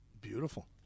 Beautiful